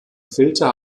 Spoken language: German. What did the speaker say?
filter